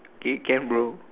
okay can bro